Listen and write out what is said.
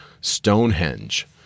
Stonehenge